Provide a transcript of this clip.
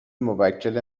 موکل